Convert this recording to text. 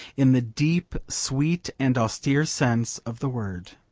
in the deep, sweet, and austere sense of the word.